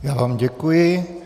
Já vám děkuji.